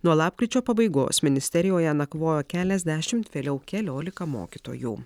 nuo lapkričio pabaigos ministerijoje nakvojo keliasdešimt vėliau keliolika mokytojų